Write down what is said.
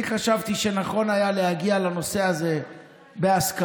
אני חשבתי שנכון היה להגיע לנושא הזה בהסכמות.